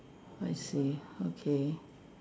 I see okay